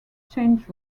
changed